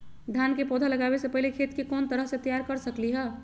धान के पौधा लगाबे से पहिले खेत के कोन तरह से तैयार कर सकली ह?